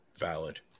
valid